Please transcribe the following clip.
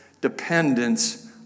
dependence